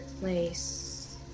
place